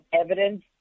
evidence